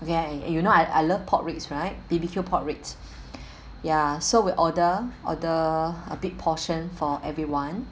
ya and you know I I love pork ribs right B_B_Q pork ribs ya so we order order a big portion for everyone